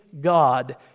God